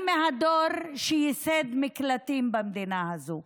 אני מהדור שייסד מקלטים במדינה הזו.